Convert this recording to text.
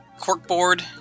corkboard